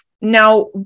Now